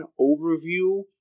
overview